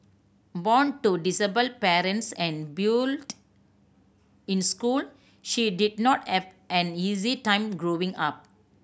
born to disabled parents and in school she did not have an easy time growing up